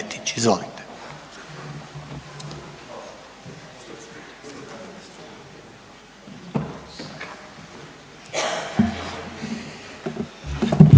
hvala vam